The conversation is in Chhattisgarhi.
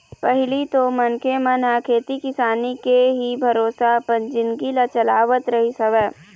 पहिली तो मनखे मन ह खेती किसानी के ही भरोसा अपन जिनगी ल चलावत रहिस हवय